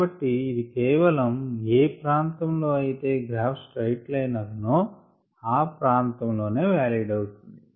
కాబట్టి ఇది కేవలం ఏ ప్రాంతంలో అయితే గ్రాఫ్ స్ట్రైట్ లైన్ అగునో ఆ ప్రాంతం లోనే వాలిడ్ అవుతుంది